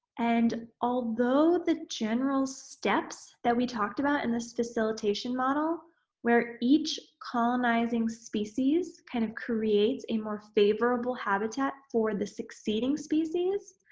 and, although the general steps that we talked about in this facilitation model where each colonizing species kind of creates a more favorable habitat for the succeeding species,